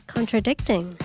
Contradicting